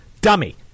Dummy